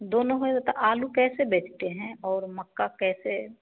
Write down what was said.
दोनो हो हो तो आलू कैसे बेचते हैं और मक्का कैसे